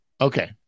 okay